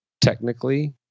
technically